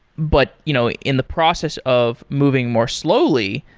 but you know in the process of moving more slowly,